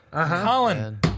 Colin